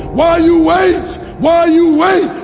while you wait! while you wait!